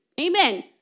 amen